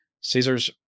Caesar's